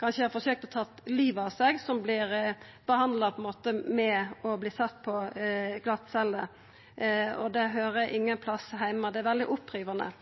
kanskje har forsøkt å ta livet av seg, og som vert behandla ved å verta sette på glattcelle. Det høyrer ingen plass heime. Det er veldig opprivande.